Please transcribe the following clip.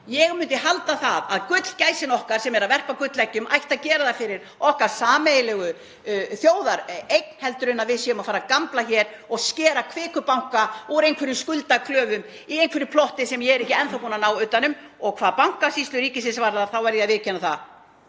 Ég myndi halda að gullgæsin okkar sem er að verpa gulleggjum ætti að gera það fyrir okkar sameiginlegu þjóðareign frekar en að við séum að fara að gambla hér og skera Kviku banka úr einhverjum skuldaklöfum í einhverju plotti sem ég er ekki enn þá búin að ná utan um. Og hvað Bankasýslu ríkisins varðar þá verð ég að viðurkenna að